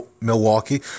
Milwaukee